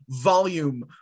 volume